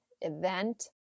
event